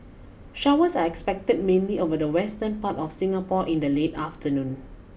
showers are expected mainly over the western part of Singapore in the late afternoon